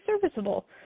serviceable